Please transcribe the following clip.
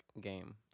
game